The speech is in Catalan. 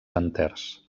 enters